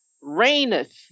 reigneth